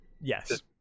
Yes